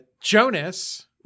Jonas